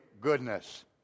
goodness